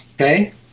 okay